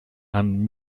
and